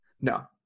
No